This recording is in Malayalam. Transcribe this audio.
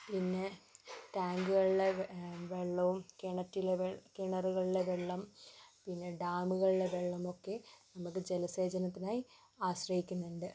പിന്നെ ടാങ്കുകളിലെ വെള്ളവും മറ്റുള്ള കിണറ്റിലെ കിണറുകളിലെ വെള്ളം ഡാമുകളിലെ വെള്ളമൊക്കെ നമുക്ക് ജലസേചനത്തിനായി ആശ്രയിക്കുന്നുണ്ട്